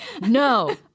no